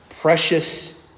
precious